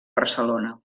barcelona